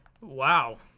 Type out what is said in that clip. Wow